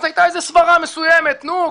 אז הייתה איזו סברה מסוימת: נו,